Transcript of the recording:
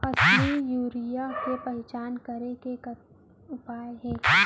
असली यूरिया के पहचान करे के का उपाय हे?